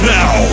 now